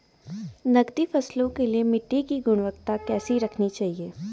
नकदी फसलों के लिए मिट्टी की गुणवत्ता कैसी रखनी चाहिए?